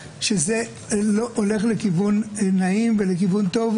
שזה לא הולך לכיוון נעים ולכיוון טוב,